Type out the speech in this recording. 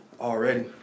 Already